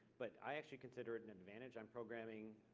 but i actually consider it an advantage. i'm programming,